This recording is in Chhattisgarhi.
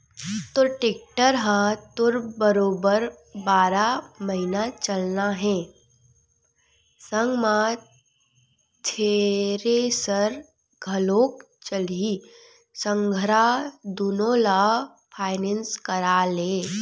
तोर टेक्टर ह तो बरोबर बारह महिना चलना हे संग म थेरेसर घलोक चलही संघरा दुनो ल फायनेंस करा ले